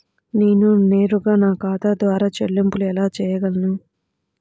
నేను నేరుగా నా ఖాతా ద్వారా చెల్లింపులు ఎలా చేయగలను?